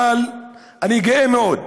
אבל אני גאה מאוד